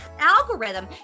algorithm